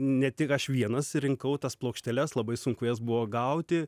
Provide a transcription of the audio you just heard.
ne tik aš vienas rinkau tas plokšteles labai sunku jas buvo gauti